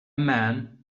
man